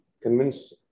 convince